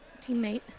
teammate